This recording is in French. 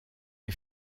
est